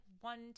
one